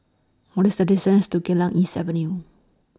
What IS The distance to Geylang East Avenue